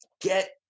get